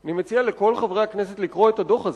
אני מציע לכל חברי הכנסת לקרוא את הדוח הזה.